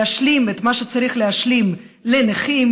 להשלים את מה שצריך להשלים לנכים,